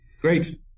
Great